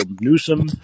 Newsom